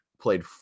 played